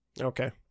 Okay